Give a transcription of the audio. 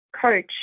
coach